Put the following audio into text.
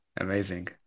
Amazing